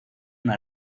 una